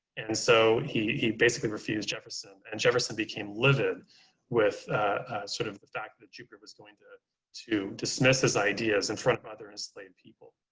and so he he basically refused jefferson and jefferson became livid with sort of the fact that jupiter was going to to dismiss his ideas in front of other enslaved people.